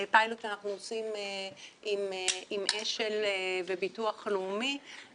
פיילוט שאנחנו עושים עם אש"ל וביטוח לאומי.